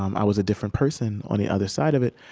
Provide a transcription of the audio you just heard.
um i was a different person on the other side of it.